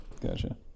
Gotcha